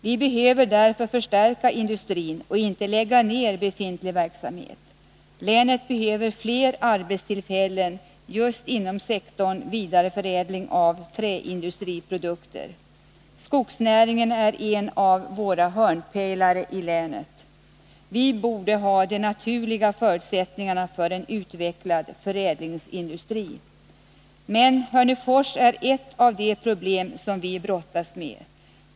Vi behöver därför förstärka industrin och inte lägga ner befintlig verksamhet. Länet behöver fler arbetstillfällen just inom sektorn vidareförädling av träindustriprodukter. Skogsnäringen är en av hörnpelarna i länet. Vi borde ha de naturliga förutsättningarna för en utvecklad förädlingsindustri. Hörnefors är bara ett av de problem som vi brottas med.